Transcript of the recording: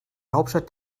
hauptstadt